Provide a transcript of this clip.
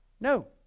no